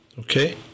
okay